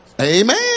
Amen